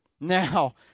Now